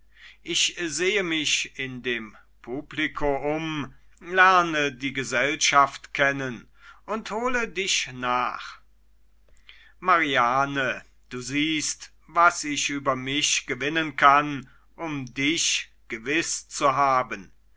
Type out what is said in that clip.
ich sehe mich in dem publiko um lerne die gesellschaft kennen und hole dich nach mariane du siehst was ich über mich gewinnen kann um dich gewiß zu haben